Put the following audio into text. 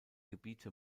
gebiete